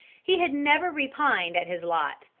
he had never repined at his lot,